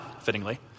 fittingly